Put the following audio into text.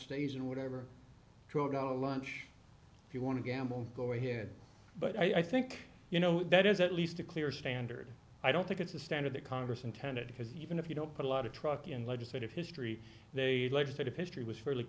stays and whatever to a going to lunch if you want to gamble go ahead but i think you know that is at least a clear standard i don't think it's a standard that congress intended because even if you don't put a lot of truck in legislative history they legislative history was fairly